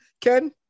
Ken